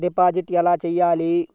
Deposit ఎలా చెయ్యాలి?